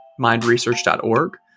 mindresearch.org